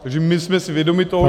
Takže my jsme si vědomi toho